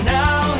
now